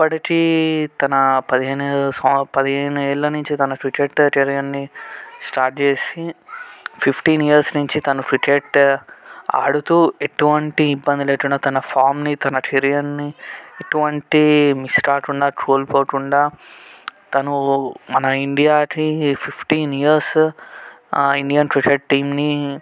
అప్పటికి తన పదిహేను ఏ స్వ పదిహేను ఏళ్ల నుంచి తన క్రికెట్ కెరియర్ని స్టార్ట్ చేసి ఫిఫ్టీన్ ఇయర్స్ నుంచి తన క్రికెట్ ఆడుతూ ఎటువంటి ఇబ్బంది లేకుండా తన ఫామ్ని తన కెరియర్ని ఎటువంటి మిస్ కాకుండా కోల్పోకుండా తను మన ఇండియాకి ఫిఫ్టీన్ ఇయర్స్ ఇండియన్ క్రికెట్ టీంని